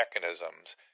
mechanisms